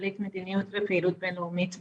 סמנכ"לית מדיניות ופעילות בינלאומית ב"אנוש",